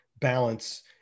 balance